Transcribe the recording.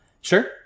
Sure